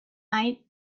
night